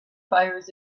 fires